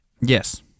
Yes